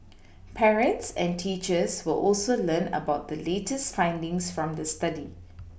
parents and teachers will also learn about the latest findings from the study